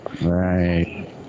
Right